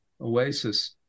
oasis